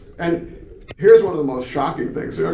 and here's one of the most shocking things, yeah